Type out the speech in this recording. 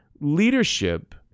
leadership